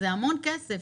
זה המון כסף.